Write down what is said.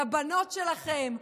לבנות שלכם,